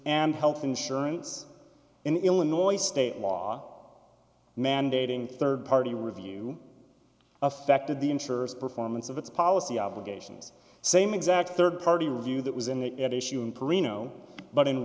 and health insurance in illinois state law mandating rd party review affected the insurers performance of its policy obligations same exact rd party review that was in the at issue in perino but in